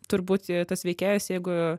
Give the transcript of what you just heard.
turbūt tas veikėjas jeigu